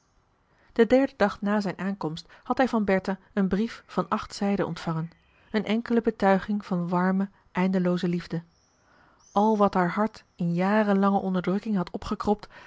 den derden dag na zijn aankomst had hij van bertha een brief van acht zijden ontvangen een enkele betuiging van warme eindelooze liefde al wat haar hart in jaren lange onderdrukking had opgekropt